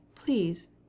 Please